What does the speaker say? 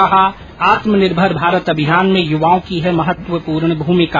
कहा आत्मनिर्भर भारत अभियान में युवाओं की है महत्वपूर्ण भूमिका